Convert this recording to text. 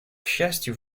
счастью